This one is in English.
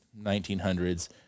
1900s